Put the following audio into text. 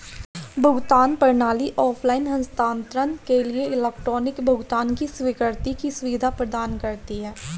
भुगतान प्रणाली ऑफ़लाइन हस्तांतरण के लिए इलेक्ट्रॉनिक भुगतान की स्वीकृति की सुविधा प्रदान करती है